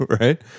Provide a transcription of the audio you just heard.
Right